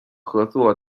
合作